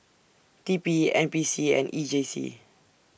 T P N P C and E J C